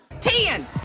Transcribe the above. Ten